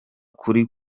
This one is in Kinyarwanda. kuri